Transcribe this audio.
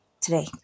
today